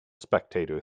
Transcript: spectator